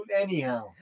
anyhow